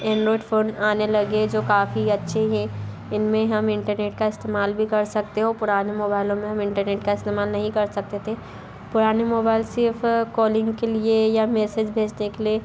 Android phone आने लगे हें जो काफ़ी अच्छे हैं इन में हम इंटरनेट का इस्तेमाल भी कर सकते हैं और पुराने मोबाइलों में हम इंटरनेट का इस्तेमाल नहीं कर सकते थे पुराने मोबाइल सिर्फ़ कोलिंग के लिए या मेसेज भेजने के लिए